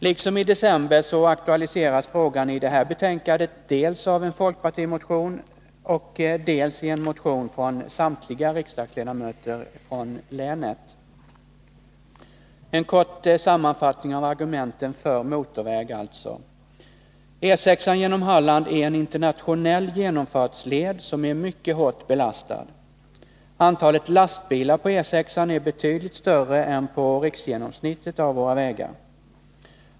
Liksom i december aktualiseras frågan i det här betänkandet dels i en folkpartimotion, dels i en motion från samtliga riksdagsledamöter från länet. En kort sammanfattning av argumenten för motorväg: E 6:an genom Halland är en internationell genomfartsled som är mycket hårt belastad. Antalet lastbilar på E 6-an är betydligt större än på riksgenomsnittet av våra vägar.